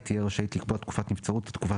היא תהיה רשאית לקבוע תקופת נבצרות לתקופה